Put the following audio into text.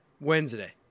Wednesday